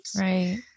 Right